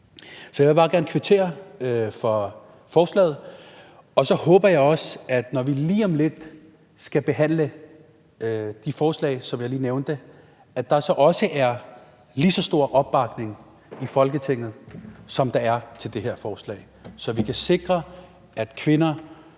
jeg vil bare gerne kvittere for forslaget. Så håber jeg også, at der, når vi lige om lidt skal behandle de forslag, som jeg lige nævnte, er lige så stor opbakning i Folketinget, som der er til det her forslag, så vi kan sikre, at kvinder,